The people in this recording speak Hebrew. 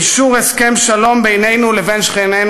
אישור הסכם שלום בינינו לבין שכנינו